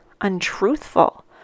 untruthful